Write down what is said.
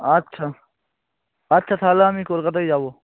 আচ্ছা আচ্ছা তাহলে আমি কলকাতায় যাব